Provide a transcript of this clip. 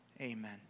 Amen